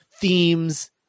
themes